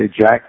Jack